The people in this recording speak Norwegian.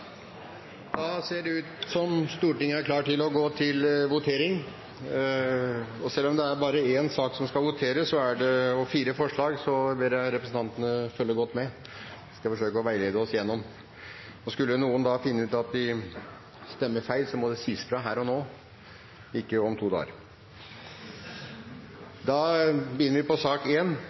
Da er Stortinget klar til å gå til votering. Selv om det bare er én sak som skal voteres over og fire forslag, ber jeg representantene om å følge godt med. Jeg skal forsøke å veilede oss gjennom. Skulle noen finne ut at de stemmer feil, må det sies fra her og nå, ikke om to dager. Under debatten er det satt fram i alt fire forslag. Det er forslag nr. 1, fra Eva Kristin Hansen på